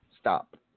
stop